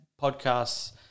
podcasts